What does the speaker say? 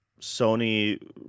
sony